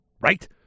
right